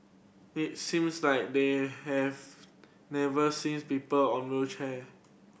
it seems like they have never seen people on wheelchair